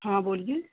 हाँ बोलिए